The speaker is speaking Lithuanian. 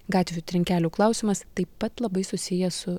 gatvių trinkelių klausimas taip pat labai susiję su